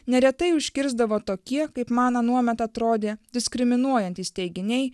neretai užkirsdavo tokie kaip man anuomet atrodė diskriminuojantys teiginiai